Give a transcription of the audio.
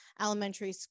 elementary